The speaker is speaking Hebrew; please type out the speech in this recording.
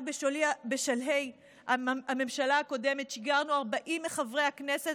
רק בשלהי הממשלה הקודמת 40 מחברי הכנסת